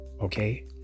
Okay